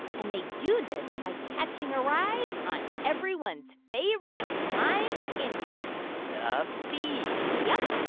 and they do this by catching a ride on everyone's favorite flying insect the bee yup.